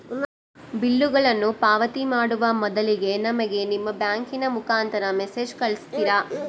ಬಿಲ್ಲುಗಳನ್ನ ಪಾವತಿ ಮಾಡುವ ಮೊದಲಿಗೆ ನಮಗೆ ನಿಮ್ಮ ಬ್ಯಾಂಕಿನ ಮುಖಾಂತರ ಮೆಸೇಜ್ ಕಳಿಸ್ತಿರಾ?